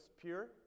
pure